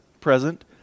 present